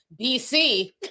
BC